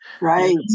Right